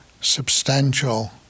substantial